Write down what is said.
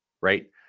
right